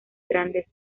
grandes